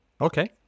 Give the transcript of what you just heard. Okay